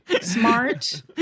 smart